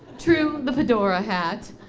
true, the fedora hat,